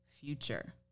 future